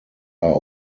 are